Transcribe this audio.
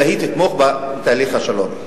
אלא היא תתמוך בתהליך השלום.